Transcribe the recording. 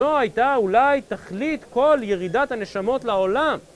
זן הייתה אולי תכלית כל ירידת הנשמות לעולם